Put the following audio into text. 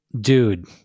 dude